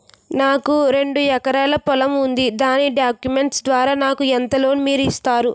నాకు రెండు ఎకరాల పొలం ఉంది దాని డాక్యుమెంట్స్ ద్వారా నాకు ఎంత లోన్ మీరు ఇస్తారు?